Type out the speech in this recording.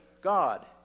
God